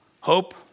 hope